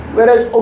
Whereas